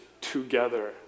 together